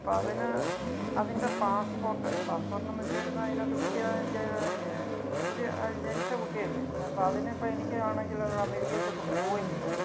അപ്പോള് അതിന് അതിൻ്റെ പാസ്പ്പോട്ട് പാസ്പ്പോട്ട്ന്നെച്ചെയ്ഞ്ഞാ അതിനകത്ത് പുതിയ ജനിച്ച കുട്ടിയല്ലേ എന്നാലപ്പോള് അതനിപ്പോള് എനിക്കാണെങ്കില് അമേരിയ്ക്കക്കോട്ട് പോവുകയും ചെയ്യണം